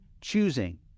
choosing